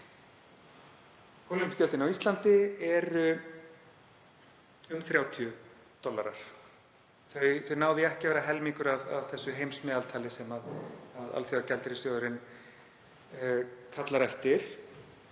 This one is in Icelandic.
Kolefnisgjöldin á Íslandi eru um 30 dollarar. Þau ná því ekki að vera helmingur af því heimsmeðaltali sem Alþjóðagjaldeyrissjóðurinn kallar eftir.